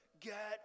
get